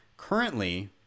Currently